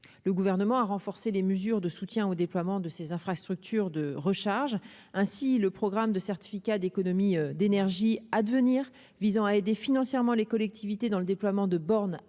le gouvernement a renforcé les mesures de soutien au déploiement de ses infrastructures de recharge ainsi le programme de certificats d'économie d'énergie à devenir visant à aider financièrement les collectivités dans le déploiement de bornes